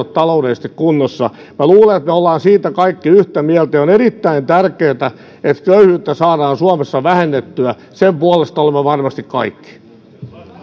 taloudellisesti kunnossa minä luulen että me olemme siitä kaikki yhtä mieltä ja on erittäin tärkeätä että köyhyyttä saadaan suomessa vähennettyä sen puolesta olemme varmasti kaikki